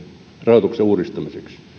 rahoituksen uudistamiseksi